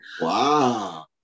Wow